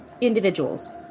individuals